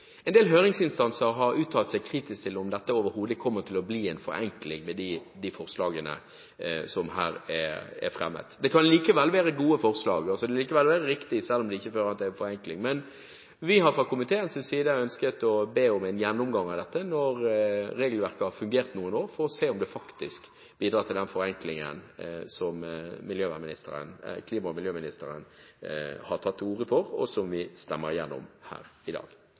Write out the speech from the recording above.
En del høringsinstanser har uttalt seg kritisk til om de forslagene som her er fremmet, overhodet kommer til å føre til en forenkling. Det kan likevel være gode forslag – det kan likevel være riktig selv om det ikke fører til forenkling. Men fra komiteens side har vi ønsket å be om en gjennomgang av dette når regelverket har fungert noen år, for å se om det faktisk bidrar til den forenklingen som klima- og miljøministeren har tatt til orde for, og som vi stemmer for her i dag.